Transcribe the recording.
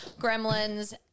Gremlins